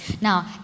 Now